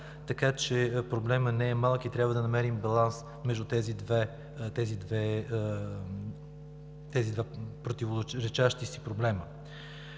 стандарт. Проблемът не е малък и трябва да намерим баланс между тези два противоречащи си проблема.